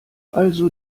also